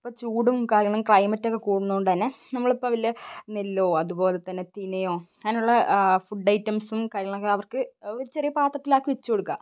ഇപ്പോൾ ചൂടും കാര്യങ്ങളും ക്ലൈമറ്റൊക്കെ കൂടുന്നതു കൊണ്ടു തന്നെ നമ്മൾ ഇപ്പം വലിയ നെല്ലോ അതുപോലെ തന്നെ തിനയോ അങ്ങനെയുള്ള ഫുഡ് ഐറ്റംസും കാര്യങ്ങളൊക്കെ അവർക്ക് ഒരു ചെറിയ പാത്രത്തിലാക്കി വച്ചു കൊടുക്കുക